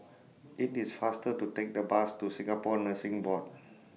IT IS faster to Take The Bus to Singapore Nursing Board